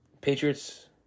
Patriots